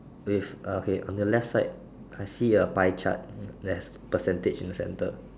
with uh okay on the left side I see a pie chart there's percentage in the center